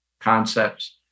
concepts